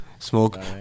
Smoke